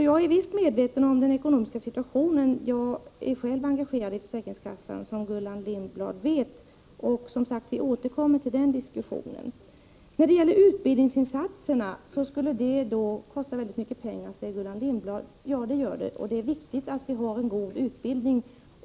Jag är medveten om den ekonomiska situationen — jag är själv engagerad i försäkringskassan, som Gullan Lindblad vet — och vi återkommer till den diskussionen. Utbildningsinsatsen skulle kosta väldigt mycket pengar, säger Gullan Lindblad. Ja, det gör den, och det är viktigt att vi har en god utbildning.